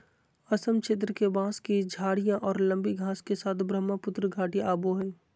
असम क्षेत्र के, बांस की झाडियाँ और लंबी घास के साथ ब्रहमपुत्र घाटियाँ आवो हइ